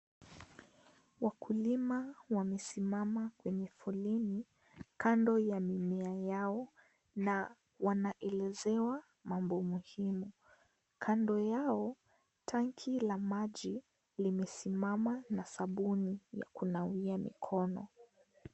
Wakulima wamesimama kwenye foleni kando ya mimea yao, na wanaelezewa mambo muhimu. Kando yao tenki la maji limesimama na sabuni ya kunawia mikono.